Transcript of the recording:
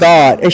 God